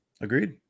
Agreed